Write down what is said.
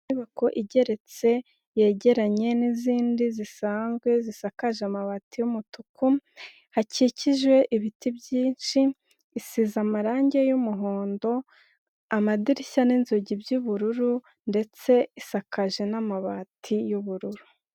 Inyubako igeretse yegeranye n'izindi zisanzwe zisakaje amabati yumutuku, akikijwe ibiti byinshi, isize amarangi y'umuhondo, amadirishya n'inzugi by'ubururu, ndetse isakaje n'amabati y'ubururu.